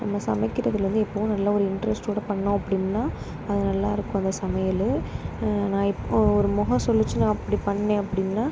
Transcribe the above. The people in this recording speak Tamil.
நம்ம சமைக்கிறதில் வந்து எப்போவும் நல்லா ஒரு இன்ட்ரஸ்டோடய பண்ணோம் அப்படின்னா அது நல்லா இருக்கும் அந்த சமையில் நான் இப்போது ஒரு முகம் சுளித்து நான் அப்படி பண்ணேன் அப்படின்னா